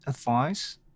advice